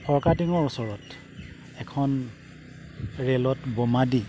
ফৰকাটিঙৰ ওচৰত এখন ৰেলত বোমা দি